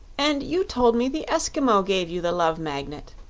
and you told me the eskimo gave you the love magnet.